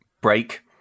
break